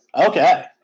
Okay